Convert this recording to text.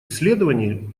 исследований